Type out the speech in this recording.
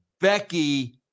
Becky